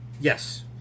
Yes